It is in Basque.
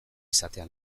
izatea